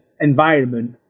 environment